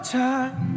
time